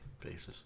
basis